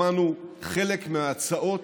שמענו חלק מההצעות